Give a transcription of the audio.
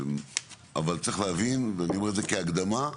אבל צריך להבין ואני אומר את זה כהקדמה,